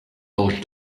dodged